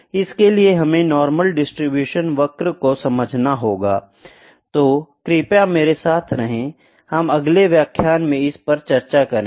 इसके लिए हमें नॉर्मल डिस्ट्रीब्यूशन वक्र को समझना होगा I तो कृपया मेरे साथ रहे हम अगले व्याख्यान में इस पर चर्चा करेंगे